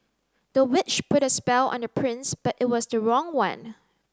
the witch put a spell on the prince but it was the wrong one